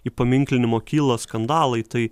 įpaminklinimo kyla skandalai tai